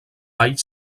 vall